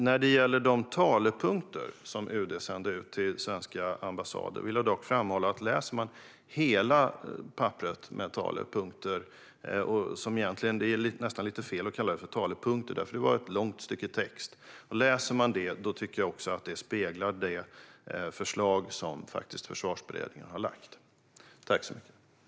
När det gäller de talepunkter UD sände ut till svenska ambassader vill jag dock framhålla följande: Om man läser hela papperet med talepunkter - det är egentligen fel att kalla det talepunkter, för det var ett långt stycke text - ser man att det, tycker jag, speglar de förslag som Försvarsberedningen har lagt fram.